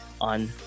on